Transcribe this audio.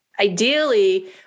ideally